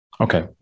okay